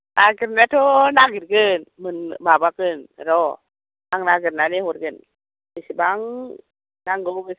नागिरनायाथ' नागिरगोन माबागोन र' आं नागिरनानै हरगोन बेसेबां नांगौ